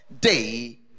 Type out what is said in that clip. day